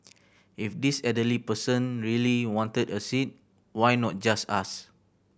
if this elderly person really wanted a seat why not just ask